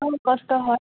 অঁ কষ্ট হয়